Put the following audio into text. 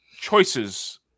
choices